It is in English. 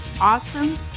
awesome